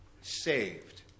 saved